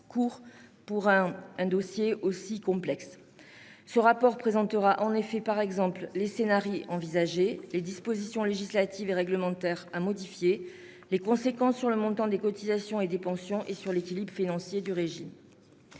pour un dossier aussi complexe. Ce rapport présentera, par exemple, les envisagés, les dispositions législatives et réglementaires à modifier, les conséquences sur le montant des cotisations et des pensions et sur l'équilibre financier du régime